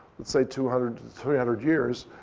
let's say two hundred to three hundred years,